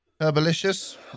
Herbalicious